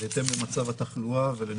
בהתאם למצב התחלואה.